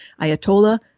Ayatollah